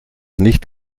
nicht